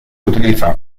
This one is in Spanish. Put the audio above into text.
utiliza